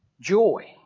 Joy